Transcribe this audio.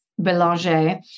Belanger